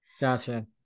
Gotcha